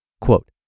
Quote